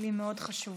מילים מאוד חשובות.